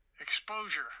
Exposure